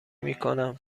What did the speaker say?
میکنم